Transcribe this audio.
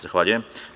Zahvaljujem.